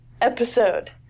episode